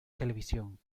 televisión